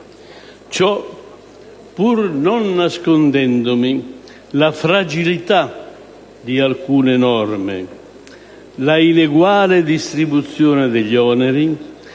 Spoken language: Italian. pur non nascondendomi la fragilità di alcune norme, l'ineguale distribuzione degli oneri,